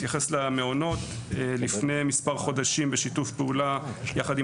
אתייחס למעונות: לפני מספר חודשים בשיתוף פעולה יחד עם